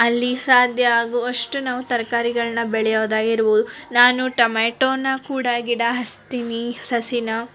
ಅಲ್ಲಿ ಸಾಧ್ಯ ಆಗುವಷ್ಟು ನಾವು ತರ್ಕಾರಿಗಳನ್ನ ಬೆಳಿಯೋದಾಗಿರ್ಬೋದು ನಾನು ಟೊಮೇಟೋನ ಕೂಡ ಗಿಡ ಹಚ್ತೀನಿ ಸಸಿನ